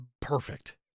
perfect